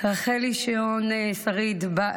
רחל שיאון-שריד,